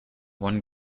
one